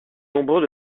nombreux